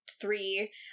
three